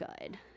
good